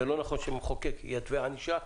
זה לא נכון שמחוקק יתווה ענישה.